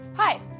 Hi